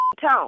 tone